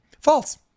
false